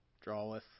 Draweth